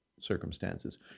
circumstances